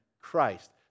Christ